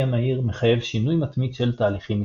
המהיר מחייב שינוי מתמיד של תהליכים עסקיים.